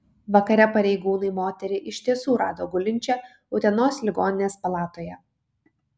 vakare pareigūnai moterį iš tiesų rado gulinčią utenos ligoninės palatoje